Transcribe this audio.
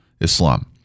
Islam